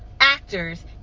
actors